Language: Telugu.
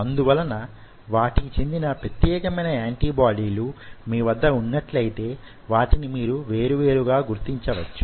అందువలన వాటికి చెందిన ప్రత్యేకమైన యాంటీబాడీలు మీ వద్ద వున్నట్లయితే వాటిని మీరు వేరు వేరుగా గుర్తించవచ్చు